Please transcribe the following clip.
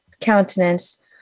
countenance